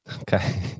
Okay